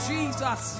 Jesus